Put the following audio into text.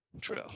True